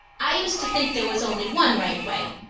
i used to think there was only one right way.